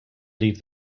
leave